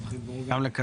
יש לנו חיבור גם לכדורעף.